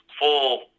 full